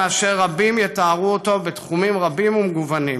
מכפי שרבים יתארו אותו בתחומים רבים ומגוונים.